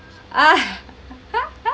ah